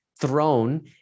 throne